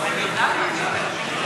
אדוני היושב-ראש,